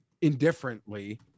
indifferently